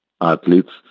athletes